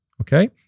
okay